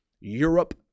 Europe